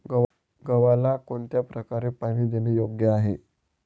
गव्हाला कोणत्या प्रकारे पाणी देणे योग्य आहे?